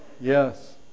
Yes